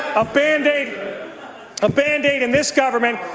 a band-aid yeah band-aid in this government.